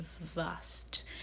vast